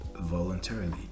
voluntarily